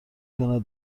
کند